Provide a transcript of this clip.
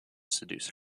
seduce